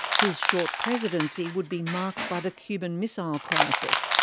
his short presidency would be marked by the cuban missile crisis,